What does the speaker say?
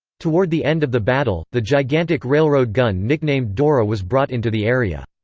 toward the end of the battle, the gigantic railroad gun nicknamed dora was brought into the area.